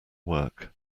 work